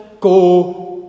go